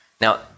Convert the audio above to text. Now